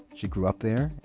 she grew up there,